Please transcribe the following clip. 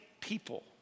people